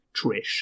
Trish